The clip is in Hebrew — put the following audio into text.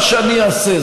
מה שאני אעשה,